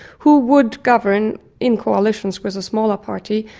who would govern in coalitions with a smaller party,